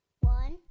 One